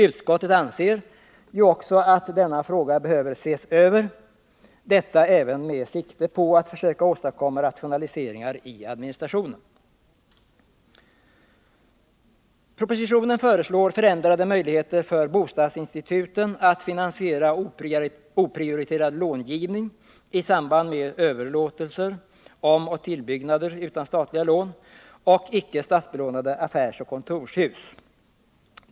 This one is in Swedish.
Utskottet anser ju också att denna fråga behöver ses över — detta även med sikte på att försöka åstadkomma rationaliseringar i administrationen. Propositionen föreslår oförändrade möjligheter för bostadsinstituten att finansiera oprioriterad långivning i samband med överlåtelser, omoch tillbyggnader utan statliga lån och icke statsbelånade affärsoch kontorshus.